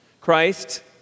Christ